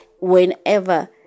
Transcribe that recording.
whenever